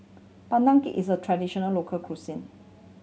Pandan Cake is a traditional local cuisine